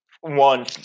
One